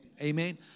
Amen